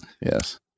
Yes